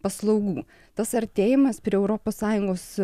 paslaugų tas artėjimas prie europos sąjungos